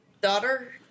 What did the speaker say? daughter